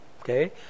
okay